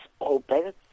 open